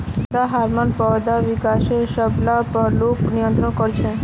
पादप हार्मोन पौधार विकासेर सब ला पहलूक नियंत्रित कर छेक